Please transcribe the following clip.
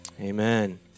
Amen